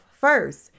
first